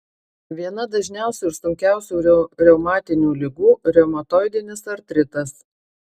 viena dažniausių ir sunkiausių reumatinių ligų reumatoidinis artritas